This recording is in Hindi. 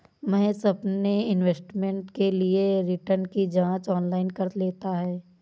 महेश अपने इन्वेस्टमेंट के लिए रिटर्न की जांच ऑनलाइन कर लेता है